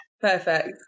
Perfect